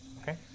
Okay